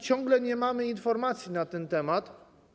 Ciągle nie mamy informacji na ten temat.